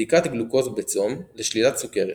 בדיקת גלוקוז בצום לשלילת סוכרת.